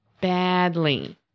Badly